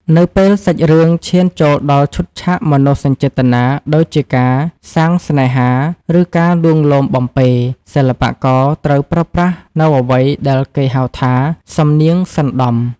នៅពេលសាច់រឿងឈានចូលដល់ឈុតឆាកមនោសញ្ចេតនា ដូចជាការសាងស្នេហា ឬការលួងលោមបំពេរ សិល្បករត្រូវប្រើប្រាស់នូវអ្វីដែលគេហៅថា សំនៀងសណ្តំ។